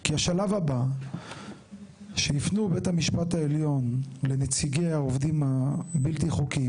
כי השלב הבא שייפנו בית המשפט העליון לנציגי העובדים הבלתי חוקיים